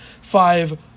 five